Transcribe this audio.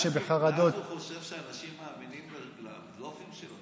מאז הוא חושב שאנשים מאמינים לבלופים שלו.